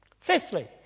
Fifthly